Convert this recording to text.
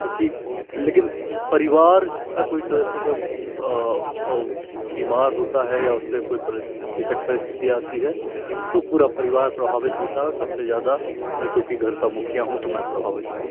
क्योंकि लेकिन परिवार का कोई सदस्य जब बीमार होता है या उस पर कोई परिस विकट परिस्थिति आती है तो पूरा परिवार प्रभावित होता है और सबसे ज़्यादा मैं क्योंकि घर का मुखिया हूँ तो मैं प्रभावित होता हूँ